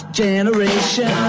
generation